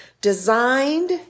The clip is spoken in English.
designed